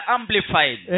Amplified